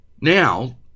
Now